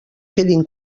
quedin